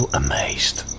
amazed